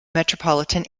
metropolitan